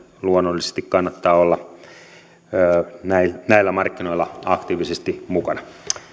luonnollisesti kannattaa olla näillä markkinoilla aktiivisesti mukana